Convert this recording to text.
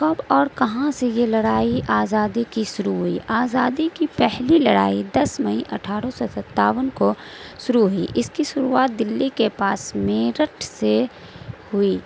کب اور کہاں سے یہ لڑائی آزادی کی شروع ہوئی آزادی کی پہلی لڑائی دس مئی اٹھارہ سو ستاون کو شروع ہوئی اس کی شروعات دہلی کے پاس میرٹھ سے ہوئی